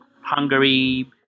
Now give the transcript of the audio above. Hungary